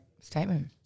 statement